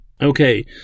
Okay